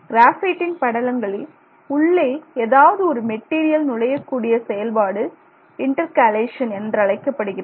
கிராபைட்டின் படலங்களின் உள்ளே ஏதாவது ஒரு மெட்டீரியல் நுழையக்கூடிய செயல்பாடு இன்டர்கேலேஷன் என்றழைக்கப்படுகிறது